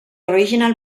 original